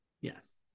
Yes